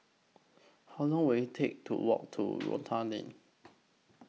How Long Will IT Take to Walk to Rotan Lane